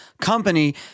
company